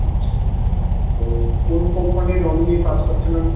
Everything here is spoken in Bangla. আচ্ছা তো কোন কোম্পানির রঙ নিয়ে কাজ করছেন আপনি